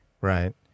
right